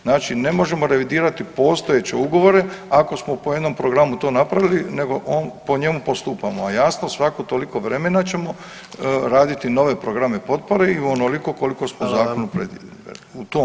Znači ne možemo revidirati postojeće ugovore ako smo po jednom programu to napravili nego po njemu postupamo, a jasno svako toliko vremena ćemo raditi nove programe potpore i u onoliko koliko smo zajedno predvidjeli u tom